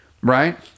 right